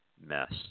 mess